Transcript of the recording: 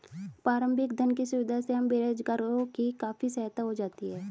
प्रारंभिक धन की सुविधा से हम बेरोजगारों की काफी सहायता हो जाती है